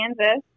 Kansas